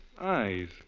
eyes